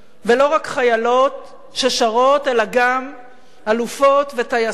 ולא רק חיילות ששרות אלא גם אלופות וטייסות.